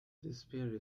despair